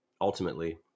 ultimately